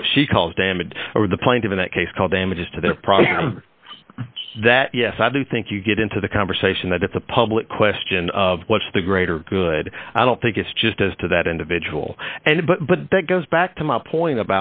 or what she calls damage or the plaintiff in that case call damages to their problem that yes i do think you get into the conversation that it's a public question what's the greater good i don't think it's just as to that individual and but that goes back to my point